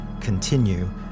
continue